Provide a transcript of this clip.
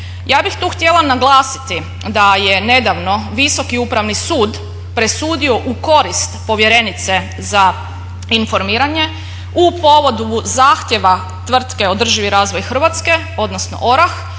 Ja bih tu htjela naglasiti da je nedavno Visoki upravni sud presudio u korist povjerenice za informiranje u povodu zahtjeva tvrtke Održivi razvoj Hrvatske odnosno OraH